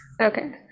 Okay